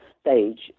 stage